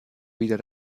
wieder